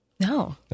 No